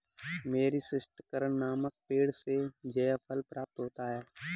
मीरीस्टिकर नामक पेड़ से जायफल प्राप्त होता है